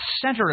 center